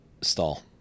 Stall